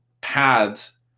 paths